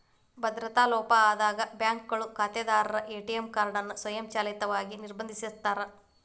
ಭದ್ರತಾ ಲೋಪ ಆದಾಗ ಬ್ಯಾಂಕ್ಗಳು ಖಾತೆದಾರರ ಎ.ಟಿ.ಎಂ ಕಾರ್ಡ್ ನ ಸ್ವಯಂಚಾಲಿತವಾಗಿ ನಿರ್ಬಂಧಿಸಿರ್ತಾರ